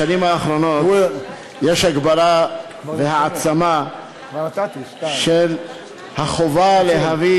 בשנים האחרונות יש הגברה והעצמה של החובה להביא